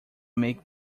make